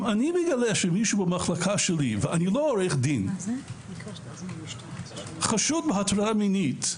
אם אני מגלה שמישהו במחלקה שלי חשוד בהטרדה מינית,